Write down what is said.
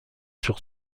sur